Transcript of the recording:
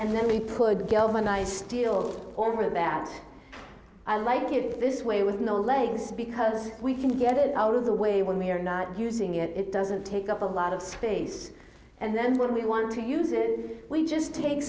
and then we put galvanized steel over that i like it this way with no legs because we can get it out of the way when we are not using it it doesn't take up a lot of space and then when we want to use it we just take